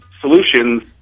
solutions